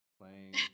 playing